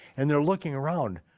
and they're looking around,